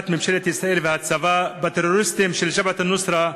ממשלת ישראל והצבא בטרוריסטים של "ג'בהת א-נוסרה"